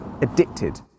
addicted